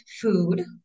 Food